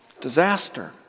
disaster